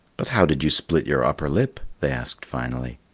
but how did you split your upper lip? they asked finally.